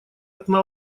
окна